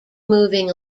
moving